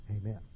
amen